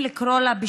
מדינת ישראל,